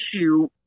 issue